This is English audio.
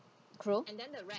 true